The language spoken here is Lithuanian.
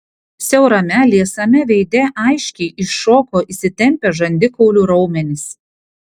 siaurame liesame veide aiškiai iššoko įsitempę žandikaulių raumenys